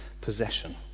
possession